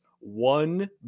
one